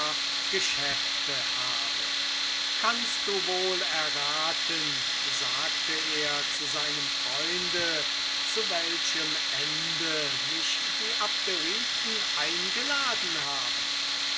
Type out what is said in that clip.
geschäfte habe kannst du wohl erraten sagte er zu seinem freunde zu welchem ende mich die abderiten eingeladen haben